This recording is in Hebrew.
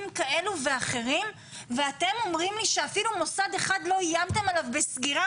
כאלה ואחרים ואתם אומרים לי שאפילו מוסד אחד לא איימתם עליו בסגירה?